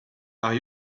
are